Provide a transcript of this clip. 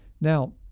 Now